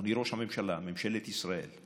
אדוני ראש הממשלה, ממשלת ישראל,